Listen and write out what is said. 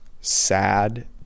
sad